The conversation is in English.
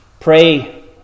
Pray